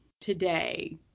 today